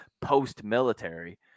post-military